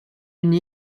une